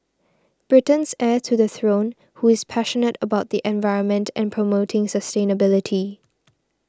Britain's heir to the throne who is passionate about the environment and promoting sustainability